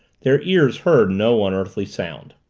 their ears heard no unearthly sound.